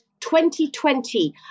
2020